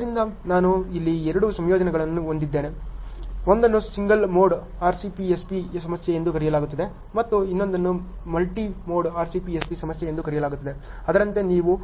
ಆದ್ದರಿಂದ ನಾನು ಇಲ್ಲಿ ಎರಡು ಸಂಯೋಜನೆಗಳನ್ನು ಹೊಂದಿದ್ದೇನೆ ಒಂದನ್ನು ಸಿಂಗಲ್ ಮೋಡ್ RCPSP ಸಮಸ್ಯೆ ಎಂದು ಕರೆಯಲಾಗುತ್ತದೆ ಮತ್ತು ಇನ್ನೊಂದನ್ನು ಮಲ್ಟಿ ಮೋಡ್ RCPSP ಸಮಸ್ಯೆ ಎಂದು ಕರೆಯಲಾಗುತ್ತದೆ ಅದರಂತೆ ನೀವು